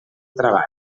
treball